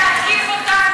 תפסיק כל הזמן להתקיף אותנו.